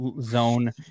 zone